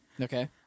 Okay